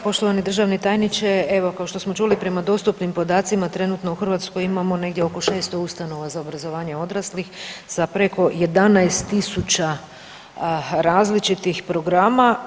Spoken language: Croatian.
Poštovani državni tajniče evo kao što smo čuli prema dostupnim podacima trenutno u Hrvatskoj imamo negdje oko 600 ustanova za obrazovanje odraslih sa preko 11.000 različitih programa.